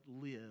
live